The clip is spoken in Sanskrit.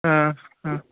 हा ह